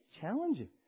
challenging